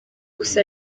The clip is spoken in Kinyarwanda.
gusa